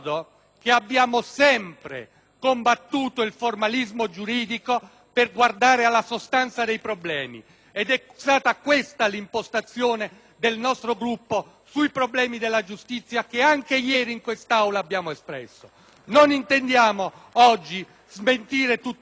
per guardare alla sostanza dei problemi. É stata questa l'impostazione del nostro Gruppo sui problemi della giustizia che anche ieri, in questa Aula, abbiamo espresso. *(Applausi dal Gruppo* *PdL)*. Non intendiamo oggi smentire tutto ciò e abbiamo trovato una soluzione equilibrata per salvare